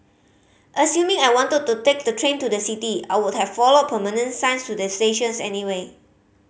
assuming I wanted to take the train to the city I would have followed permanent signs to the stations anyway